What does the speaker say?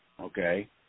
okay